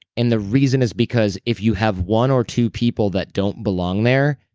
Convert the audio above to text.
and the reason is because if you have one or two people that don't belong there,